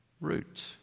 root